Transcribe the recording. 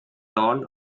lawn